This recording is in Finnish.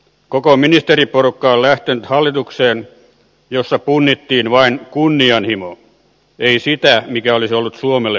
koko ministeriporukka on lähtenyt hallitukseen jossa punnittiin vain kunnianhimo ei sitä mikä olisi ollut suomelle parasta